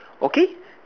okay